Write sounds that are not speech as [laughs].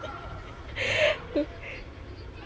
[laughs]